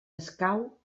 escau